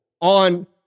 on